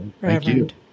Reverend